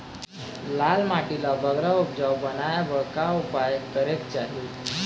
लाल माटी ला बगरा उपजाऊ बनाए बर का उपाय करेक चाही?